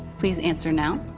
please answer now.